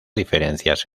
diferencias